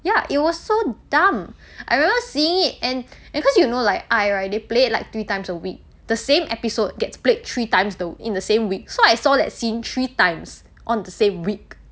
ya it was so dumb I remember seeing it and and cause you know like 爱 right they play it like three times a week the same episode gets played three times the in the same week so I saw that scene three times on the same week